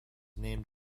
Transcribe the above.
named